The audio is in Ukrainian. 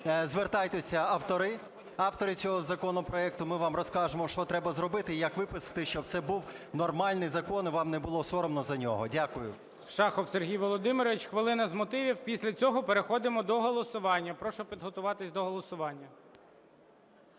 Звертайтеся, автори, автори цього законопроекту, ми вам розкажемо, що треба зробити і як виписати, щоб це був нормальний закон, і вам не було соромно за нього. Дякую. ГОЛОВУЮЧИЙ. Шахов Сергій Володимирович, хвилина з мотивів. Після цього переходимо до голосування. Прошу підготуватись до голосування.